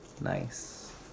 nice